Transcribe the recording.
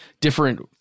Different